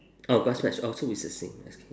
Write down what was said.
oh grass patch oh so it's the same that's okay